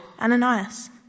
Ananias